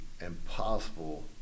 impossible